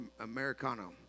Americano